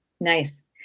Nice